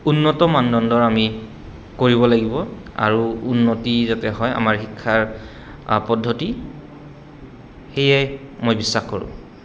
উন্নতম মানদণ্ডৰ আমি কৰিব লাগিব আৰু উন্নতি যাতে হয় আমাৰ শিক্ষাৰ পদ্ধতি সেয়ে মই বিশ্বাস কৰোঁ